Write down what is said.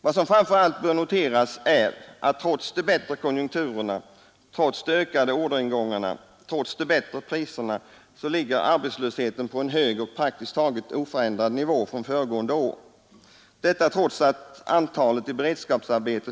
Vad som framför allt bör noteras är, att trots de bättre konjunkturerna, trots de ökade orderingångarna och trots de bättre priserna, så ligger arbetslösheten på en hög och från föregående år praktiskt taget oföränd rad nivå.